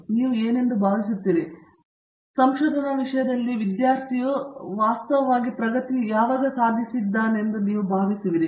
ನೀವು ಹೇಗೆ ಭಾವಿಸುತ್ತೀರಿ ಸಂಶೋಧನಾ ವಿಷಯದಲ್ಲಿ ವಿದ್ಯಾರ್ಥಿಯು ಸಾಮಾನ್ಯ ಅರ್ಥದಲ್ಲಿ ವಾಸ್ತವವಾಗಿ ಪ್ರಗತಿಯನ್ನು ಸಾಧಿಸುತ್ತಿದ್ದಾನೆಂದು ನಿಮಗೆ ತಿಳಿದಿರುವಿರಾ